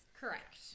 Correct